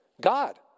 God